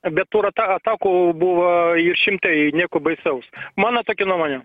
bet tų ir ata atakų buvo ir šimtai nieko baisaus mano tokia nuomonė